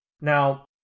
Now